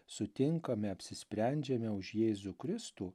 sutinkame apsisprendžiame už jėzų kristų